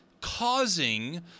causing